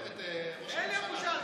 אין להם בושה.